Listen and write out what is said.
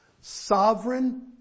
Sovereign